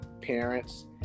parents